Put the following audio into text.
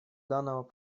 данного